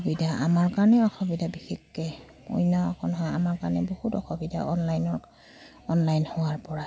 অসুবিধা আমাৰ কাৰণে অসুবিধা বিশেষকৈ অন্য একো নহয় আমাৰ কাৰণে বহুত অসুবিধা অনলাইনৰ অনলাইন হোৱাৰপৰাই